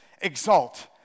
exalt